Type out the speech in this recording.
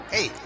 Hey